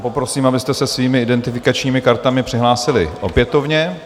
Poprosím, abyste se svými identifikačními kartami přihlásili opětovně.